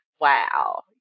wow